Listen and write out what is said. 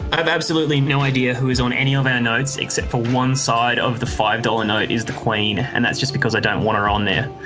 i have absolutely no idea who is on any of our notes, except for one side of the five dollar note is the queen, and that's just because i don't want her on there.